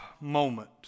moment